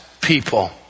people